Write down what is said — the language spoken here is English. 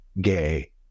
gay